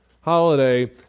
holiday